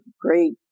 great